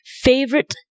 favorite